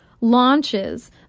launches